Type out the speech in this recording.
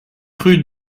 rue